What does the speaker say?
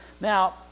Now